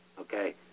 okay